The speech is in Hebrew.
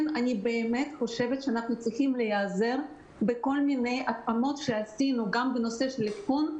אנחנו צריכים להיעזר בכל מיני התאמות שעשינו גם בנושא של אבחון,